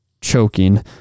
choking